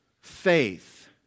faith